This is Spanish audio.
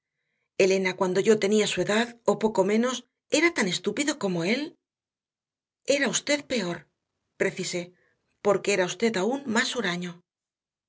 elena cuando yo tenía su edad o poco menos era tan estúpido como él era usted peor precisé porque era usted aún más huraño